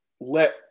let